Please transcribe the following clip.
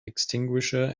extinguisher